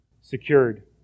secured